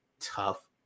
tough